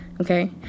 okay